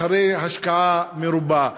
אחרי השקעה מרובה.